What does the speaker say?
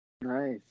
Nice